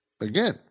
again